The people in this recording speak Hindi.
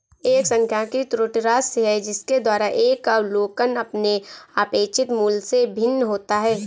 एक सांख्यिकी त्रुटि राशि है जिसके द्वारा एक अवलोकन अपने अपेक्षित मूल्य से भिन्न होता है